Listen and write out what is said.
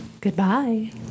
Goodbye